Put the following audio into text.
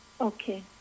Okay